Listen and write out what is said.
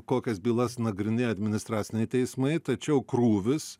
kokias bylas nagrinėja administraciniai teismai tačiau krūvis